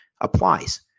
applies